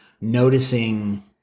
noticing